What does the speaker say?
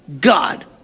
God